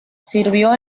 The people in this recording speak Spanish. sirvió